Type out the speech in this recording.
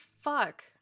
fuck